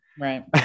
Right